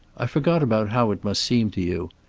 i forgot about how it must seem to you.